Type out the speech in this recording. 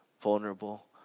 vulnerable